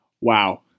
wow